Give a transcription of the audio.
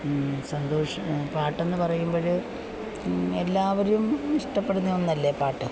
സന്തോഷം പാട്ടെന്നു പറയുമ്പോൾ എല്ലാവരും ഇഷ്ടപ്പെടുന്ന ഒന്നല്ലേ പാട്ട്